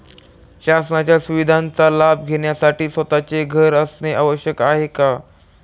शासनाच्या सुविधांचा लाभ घेण्यासाठी स्वतःचे घर असणे आवश्यक आहे का?